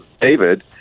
David